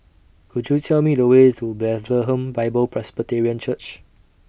Could YOU Tell Me The Way to Bethlehem Bible Presbyterian Church